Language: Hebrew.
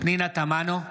פנינה תמנו,